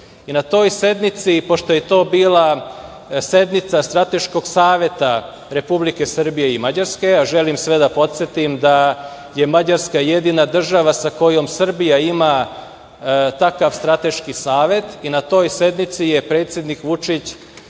toj sednici, pošto je to bila sednica Strateškog saveta Republike Srbije i Mađarske, a želim sve da podsetim da je Mađarska jedina država sa kojom Srbija ima takav strateški savet, i na toj sednici je predsednik Vučić